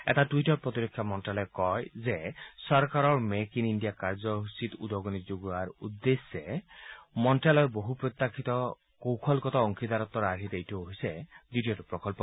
এটা টুইটত প্ৰতিৰক্ষা মন্ত্যালয়ে কয় যে চৰকাৰৰ মেক ইন ইণ্ডিয়া কাৰ্যসূচীৰ উদগণি দিয়াৰ উদ্দেশ্যেৰে মন্ত্যালয়ৰ বহু প্ৰত্যাশিত কৌশলগত অংশীদাৰত্ব আৰ্হিত এইটো হৈছে দ্বিতীয়টো প্ৰকন্প